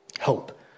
Hope